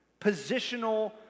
Positional